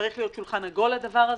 צריך להיות שולחן עגול לדבר הזה.